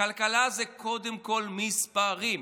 כלכלה זה קודם כול מספרים.